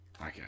Okay